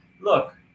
look